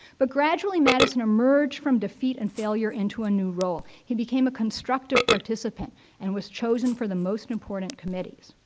but gradually, madison emerged from defeat and failure into a new role. he became a constructive participant and was chosen for the most important committees.